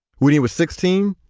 when he was sixteen,